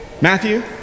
Matthew